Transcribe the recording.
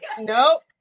Nope